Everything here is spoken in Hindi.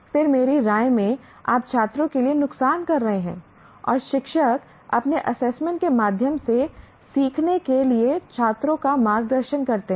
फिर मेरी राय में आप छात्रों के लिए नुक़सान कर रहे हैं और शिक्षक अपने असेसमेंट के माध्यम से सीखने के लिए छात्रों का मार्गदर्शन करते हैं